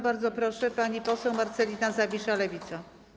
Bardzo proszę, pani poseł Marcelina Zawisza, Lewica.